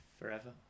forever